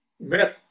met